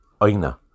Oina